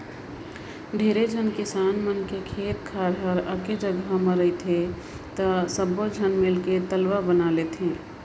ढेरे झन किसान मन के खेत खायर हर एके जघा मे रहथे त सब्बो झन मिलके तलवा बनवा लेथें